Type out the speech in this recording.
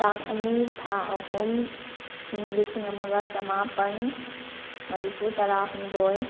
ꯇꯥꯡ ꯑꯅꯤ ꯊꯥ ꯑꯍꯨꯝ ꯏꯪ ꯂꯤꯁꯤꯡ ꯑꯃꯒ ꯆꯃꯥꯄꯟ ꯃꯔꯤꯐꯨ ꯇꯔꯥꯍꯨꯝꯗꯣꯏ